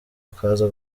akaza